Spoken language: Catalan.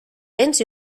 vents